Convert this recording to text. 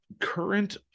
current